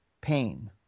pain